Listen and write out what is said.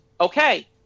okay